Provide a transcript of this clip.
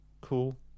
cool